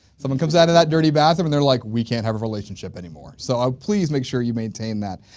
someone comes out of that dirty bathroom they're like we can't have a relationship anymore so um please make sure you maintain that.